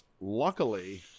luckily